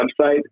website